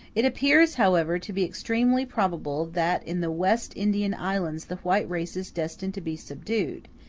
it appears, however, to be extremely probable that in the west indian islands the white race is destined to be subdued,